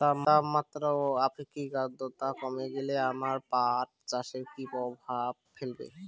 তাপমাত্রা ও আপেক্ষিক আদ্রর্তা কমে গেলে আমার পাট চাষে কী প্রভাব ফেলবে?